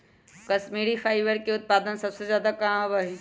Kashmiri fibre के उत्पादन सबसे ज्यादा कहाँ होबा हई?